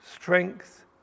strength